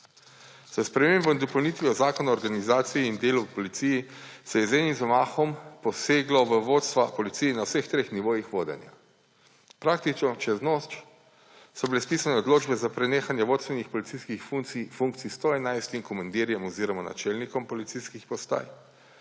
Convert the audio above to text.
S spremembo in dopolnitvijo Zakona o organiziranosti in delu v policiji se je z enim zamahom poseglo v vodstva policije na vseh treh nivojih vodenja. Praktično čez noč so bile spisane odločbe za prenehanje vodstvenih policijskih funkcij 111 komandirjem oziroma načelnikom policijskih postaj,